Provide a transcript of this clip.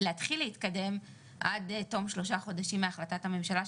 להתחיל להתקדם עד תום שלושה חודשים מהחלטת הממשלה,